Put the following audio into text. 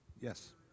yes